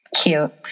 Cute